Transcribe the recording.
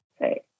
right